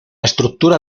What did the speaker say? estructura